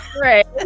Right